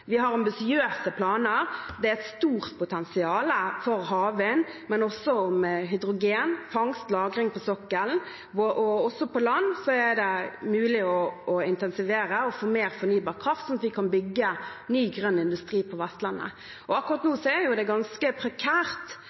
Vi har ambisiøse planer, det er et stort potensial for havvind, men også for hydrogen og fangst og lagring på sokkelen. Også på land er det mulig å intensivere og få mer fornybar kraft, slik at vi kan bygge ny grønn industri på Vestlandet. Akkurat nå er det ganske prekært